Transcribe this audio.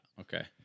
okay